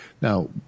now